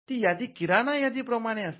ती यादी किराणा यादी प्रमाणे असेल